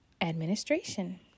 administration